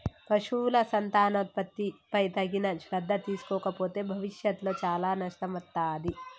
పశువుల సంతానోత్పత్తిపై తగిన శ్రద్ధ తీసుకోకపోతే భవిష్యత్తులో చాలా నష్టం వత్తాది